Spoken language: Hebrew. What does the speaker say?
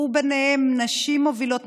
ובהם נשים מובילות,